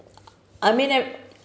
I mean